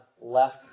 left